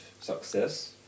success